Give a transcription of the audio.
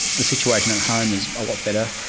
the situation at home is a lot better.